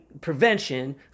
prevention